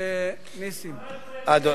תודה.